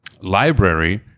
Library